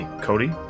Cody